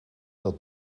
dat